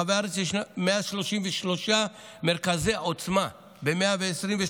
ברחבי הארץ יש 133 מרכזי עוצמה ב-122